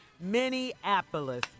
Minneapolis